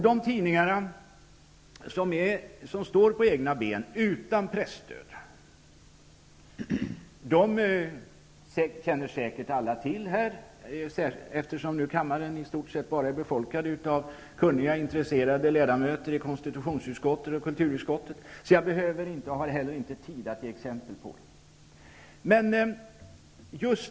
De tidningar som står på egna ben utan presstöd känner säkert alla nu närvarande till, eftersom kammaren nu är befolkad av i stort sett bara kunniga och intresserade ledamöter i konstitutionsutskottet och kulturutskottet. Därför behöver jag inte, och jag har inte heller tid, ge exempel på dem.